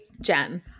Jen